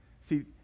See